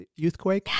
Youthquake